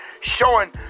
showing